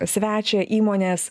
svečią įmonės